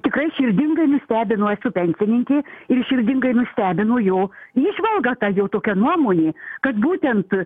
tikrai širdingai nustebino esu pensininkė ir širdingai nustebino jo įžvalga ta jo tokia nuomonė kad būtent